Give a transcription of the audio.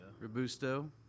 Robusto